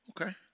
okay